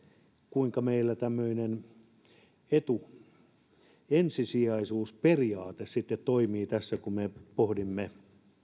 kuinka meillä tämmöinen etu ensisijaisuusperiaate sitten toimii tässä kun me pohdimme